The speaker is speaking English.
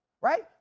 right